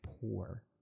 poor